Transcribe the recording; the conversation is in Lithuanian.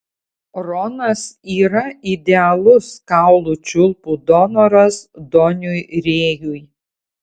ronas yra idealus kaulų čiulpų donoras doniui rėjui